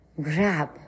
grab